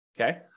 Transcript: Okay